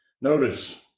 Notice